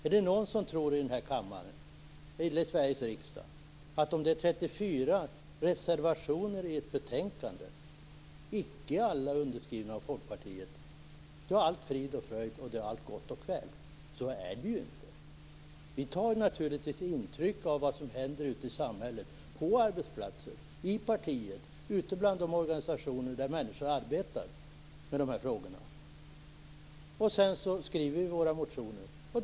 Är det någon i Sveriges riksdag som tror att om det är 34 reservationer vid ett betänkande - varav icke alla är underskrivna av Folkpartiet - är allt gott och väl? Så är det ju inte. Vi tar naturligtvis intryck av det som händer ute i samhället, på arbetsplatser, i partiet och ute i de organisationer där människor arbetar med de här frågorna. Sedan skriver vi våra motioner.